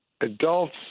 adults